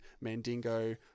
Mandingo